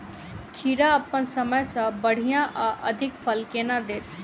खीरा अप्पन समय सँ बढ़िया आ अधिक फल केना देत?